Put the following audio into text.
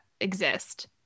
exist